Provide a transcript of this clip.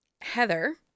Heather